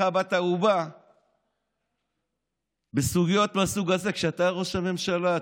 כבת ערובה בסוגיות מהסוג הזה כשאתה ראש הממשלה.